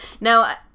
now